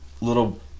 little